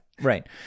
Right